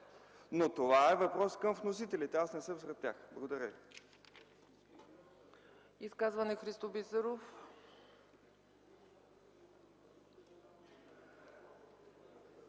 обаче е въпрос към вносителите. Аз не съм сред тях. Благодаря.